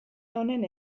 honen